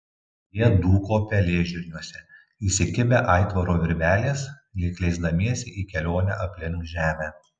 jie dūko pelėžirniuose įsikibę aitvaro virvelės lyg leisdamiesi į kelionę aplink žemę